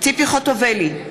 ציפי חוטובלי,